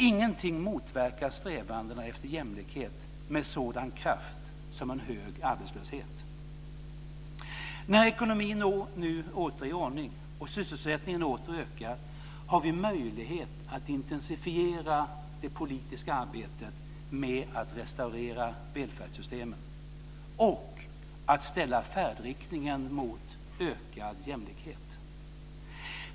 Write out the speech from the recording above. Ingenting motverkar strävandena efter jämlikhet med sådan kraft som en hög arbetslöshet. När ekonomin nu åter är i ordning och sysselsättningen åter ökar har vi möjlighet att intensifiera det politiska arbetet med att restaurera välfärdssystemen och att ställa färdriktningen mot ökad jämlikhet.